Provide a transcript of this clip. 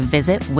Visit